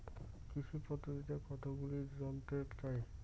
কৃষি পদ্ধতি কতগুলি জানতে চাই?